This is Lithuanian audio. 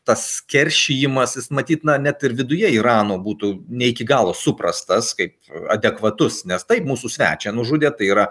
tas keršijimas jis matyt na net ir viduje irano būtų ne iki galo suprastas kaip adekvatus nes taip mūsų svečią nužudė tai yra